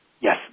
Yes